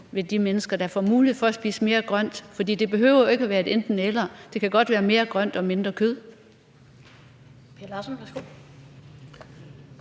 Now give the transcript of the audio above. hos de mennesker, der får mulighed for at spise mere grønt. For det behøver jo ikke at være et enten-eller. Det kan godt være mere grønt og mindre kød.